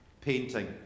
painting